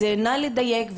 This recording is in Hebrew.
אז נא לדייק.